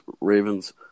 Ravens